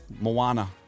Moana